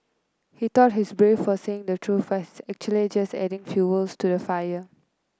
he thought he's brave for saying the truth but he's actually just adding fuel to the fire